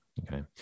Okay